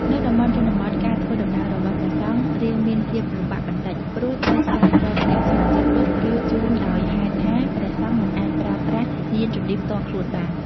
នៅតំបន់ជនបទការធ្វើដំណើររបស់ព្រះសង្ឃរៀងមានភាពលំបាកបន្តិច ព្រោះត្រូវស្វែងរកអ្នកស្ម័គ្រចិត្តឌុប ឬ ជូន ដោយហេតុថាព្រះសង្ឃមិនអាចប្រើប្រាស់យានជំនិះផ្ទាល់ខ្លួនបាន។